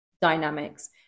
dynamics